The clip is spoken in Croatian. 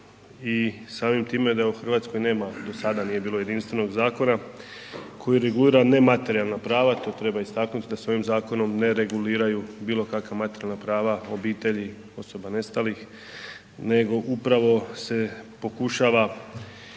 i samim time da u Hrvatskoj nema, do sada nije bilo jedinstvenog zakona koji regulira nematerijalna prava to treba istaknuti da se ovim zakonom ne reguliraju bilo kakva materijalna prava obitelji osoba nestalih, nego upravo se pokušava,